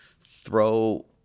throw